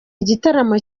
igitaramo